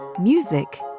music